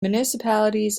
municipalities